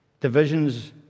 divisions